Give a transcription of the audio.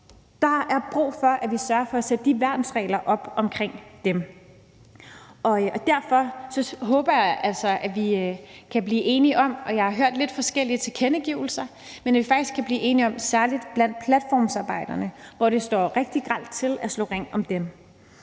Der er brug for, at vi sørger for at sætte de værnsregler op omkring dem. Og derfor håber jeg altså, at vi kan blive enige om – og jeg har hørt lidt forskellige tilkendegivelser – at slå ring om særlig platformsarbejderne, hvor det står rigtig grelt til.